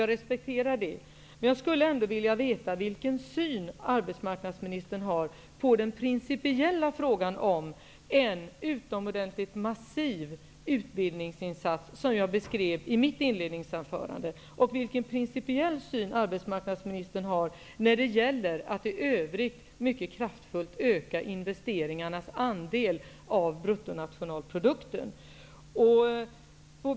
Jag respekterar det, men jag skulle ändå vilja veta vilken syn arbetsmarknadsministern har på den principiella frågan om den utomordentligt massiva utbildningsinsats som jag beskrev i mitt inledningsanförande. Jag skulle också vilja veta vilken principiell syn arbetsmarknadsministern har när det gäller att i övrigt mycket kraftfullt öka investeringarnas andel av bruttonationalprodukten.